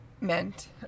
Meant